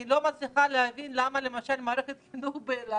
אני לא מצליחה להבין למה למשל מערכת החינוך אילת לא פועלת.